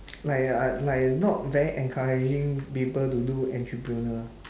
like uh like not very encouraging people to do entrepreneur